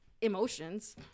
emotions